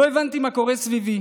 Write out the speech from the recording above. לא הבנתי מה קורה סביבי.